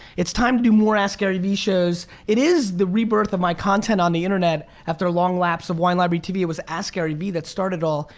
it's time to do more askgaryvee shows. it is the rebirth of my content on the internet after a long lapse of wine library tv. it was askgaryvee that started it all.